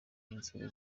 inzego